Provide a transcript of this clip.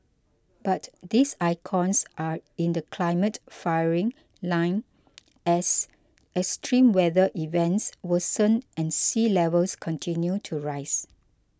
but these icons are in the climate firing line as extreme weather events worsen and sea levels continue to rise